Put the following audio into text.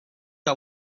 que